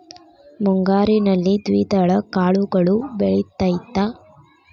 ಮುಂಗಾರಿನಲ್ಲಿ ದ್ವಿದಳ ಕಾಳುಗಳು ಬೆಳೆತೈತಾ?